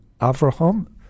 Avraham